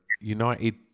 United